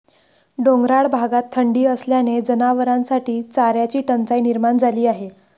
डोंगराळ भागात थंडी असल्याने जनावरांसाठी चाऱ्याची टंचाई निर्माण झाली आहे